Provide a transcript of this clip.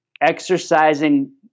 exercising